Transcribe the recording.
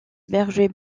berger